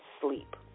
sleep